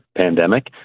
pandemic